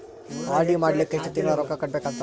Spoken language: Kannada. ಆರ್.ಡಿ ಮಾಡಲಿಕ್ಕ ಎಷ್ಟು ತಿಂಗಳ ರೊಕ್ಕ ಕಟ್ಟಬೇಕಾಗತದ?